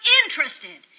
interested